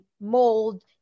mold